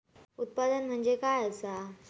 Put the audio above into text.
उत्पादन म्हणजे काय असा?